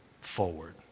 forward